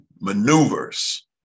maneuvers